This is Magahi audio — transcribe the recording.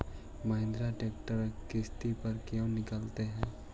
महिन्द्रा ट्रेक्टर किसति पर क्यों निकालते हैं?